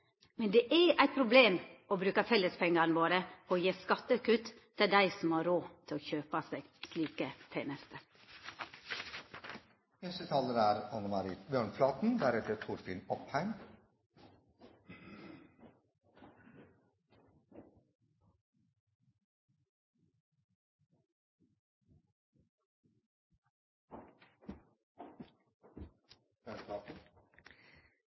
Men det er eit problem å bruka fellespengane våre på å gje skattekutt til dei som har råd til å kjøpa seg slike